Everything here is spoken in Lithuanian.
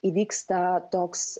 įvyksta toks